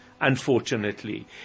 Unfortunately